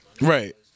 Right